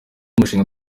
umushinga